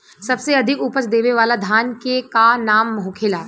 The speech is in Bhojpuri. सबसे अधिक उपज देवे वाला धान के का नाम होखे ला?